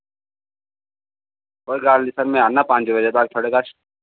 कोई गल्ल नि सर मैं आना पंज बजे तक थोआड़े कच्छ